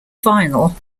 vinyl